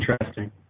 interesting